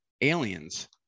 aliens